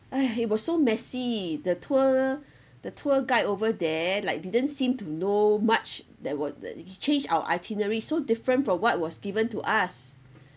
!hais! it was so messy the tour the tour guide over there like didn't seem to know much that were that they change our itinerary so different from what was given to us